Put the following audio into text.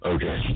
Okay